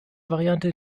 variante